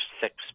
six